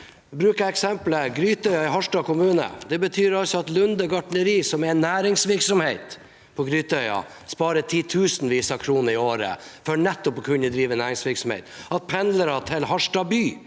meg bruke eksemplet Grytøya i Harstad kommune. Det betyr at Lunde gartneri, som er en næringsvirksomhet på Grytøya, sparer titusenvis av kroner i året for nettopp å kunne drive næringsvirksomhet, og at pendlere til Harstad by